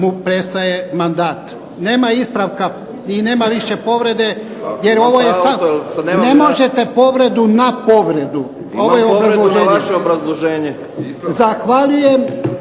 mu prestaje mandat. Nema ispravka i nema više povrede jer ovo je samo. Ne možete povredu na povredu. Ovo je obrazloženje. Zahvaljujem.